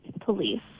police